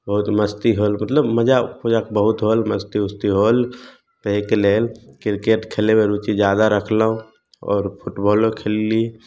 बहुत मस्ती भेल मतलब बहुत मजाक उजाक बहुत होल मस्ती उस्ती होल तऽ एहिके लेल क्रिकेट खेलैमे रुचि जादा रखलहुॅं आओर फुटबौलो खेलली